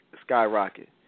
skyrocket